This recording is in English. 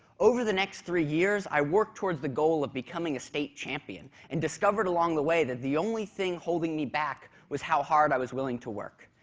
over the next three years, i worked towards the goal of becoming a state champion, and discovered along the way that the only thing holding me back was how hard i was willing to work,